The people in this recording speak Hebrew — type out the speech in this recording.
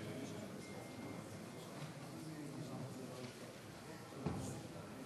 עד ארבע דקות